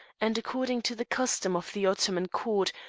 and, according to the custom of the ottoman court,